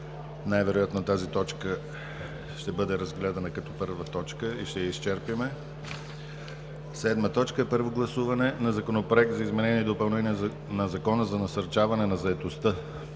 Най-вероятно тази точка ще бъде разгледана като първа и ще я изчерпим. 7. Първо гласуване на Законопроект за изменение и допълнение на Закона за насърчаване на заетостта.